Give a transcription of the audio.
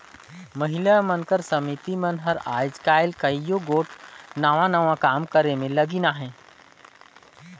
महिला मन कर समिति मन हर आएज काएल कइयो गोट नावा नावा काम करे में लगिन अहें